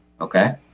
Okay